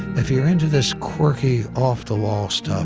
if you're into this quirky, off the wall stuff,